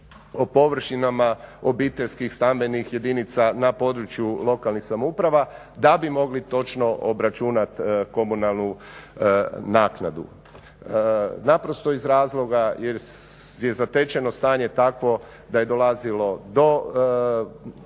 o površinama obiteljskih stambenih jedinica na području lokalnih samouprava da bi mogli točno obračunati komunalnu naknadu. Naprosto iz razloga jer je zatečeno stanje takvo da je dolazilo do,